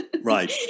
Right